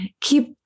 keep